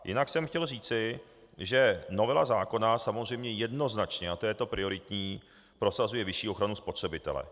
Jinak jsem chtěl říci, že novela zákona samozřejmě jednoznačně, a to je to prioritní, prosazuje vyšší ochranu spotřebitele.